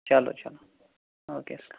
چلو چلو او کے اَسلام